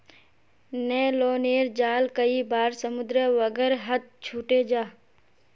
न्य्लोनेर जाल कई बार समुद्र वगैरहत छूटे जाह